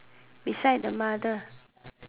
beside the mother